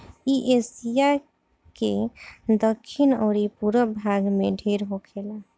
इ एशिया के दखिन अउरी पूरब भाग में ढेर होखेला